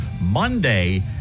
Monday